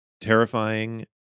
terrifying